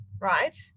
right